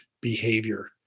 behavior